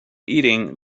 eating